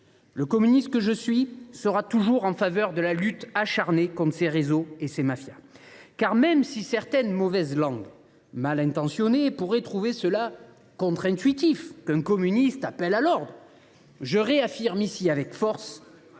Le communiste que je suis sera toujours pour la lutte acharnée contre ces réseaux et ces mafias. Certaines mauvaises langues mal intentionnées pourraient trouver contre intuitif qu’un communiste appelle à l’ordre. Ce n’est pas du tout ce